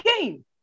game